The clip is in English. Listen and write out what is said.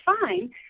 fine